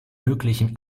möglichen